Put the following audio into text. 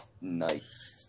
Nice